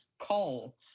coal